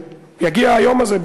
יגיע היום הזה,